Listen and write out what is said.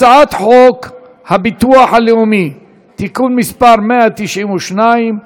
הצעת חוק הביטוח הלאומי (תיקון מס' 192),